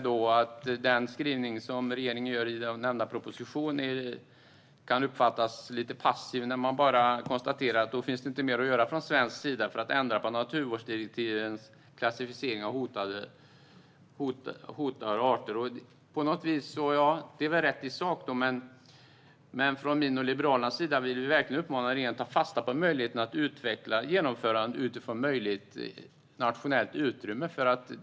Den skrivning som regeringen gör i nämnda proposition kan tyvärr uppfattas som lite passiv. Man konstaterar bara att det inte finns mer att göra från svensk sida för att ändra på naturvårdsdirektivens klassificering av hotade arter. Det är väl rätt i sak. Men från min och Liberalernas sida vill vi verkligen uppmana regeringen att ta fasta på möjligheten att utveckla genomförande utifrån möjligt nationellt utrymme.